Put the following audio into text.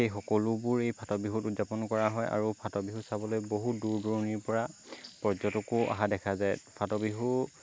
সেই সকলোবোৰ এই ফাট বিহুত উদযাপন কৰা হয় আৰু ফাট বিহু চাবলৈ বহু দূৰ দূৰণিৰ পৰা পৰ্য্যটকো অহা দেখা যায় ফাট বিহু